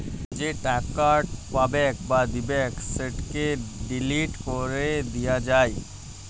যে টাকাট পাবেক বা দিবেক সেটকে ডিলিট ক্যরে দিয়া যায়